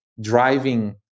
driving